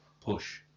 Push